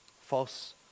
false